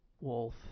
wolf